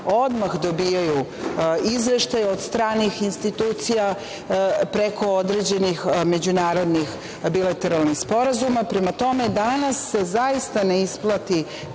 odmah dobijaju izveštaj od stranih institucija preko određenih međunarodnih bilateralnih sporazuma. Prema tome, danas se zaista ne isplati